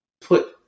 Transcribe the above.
put